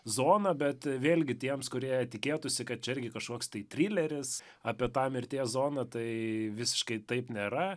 zoną bet vėlgi tiems kurie tikėtųsi kad čia irgi kažkoks tai trileris apie tą mirties zoną tai visiškai taip nėra